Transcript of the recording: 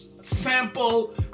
sample